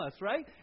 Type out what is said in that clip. right